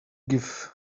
give